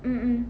mm mm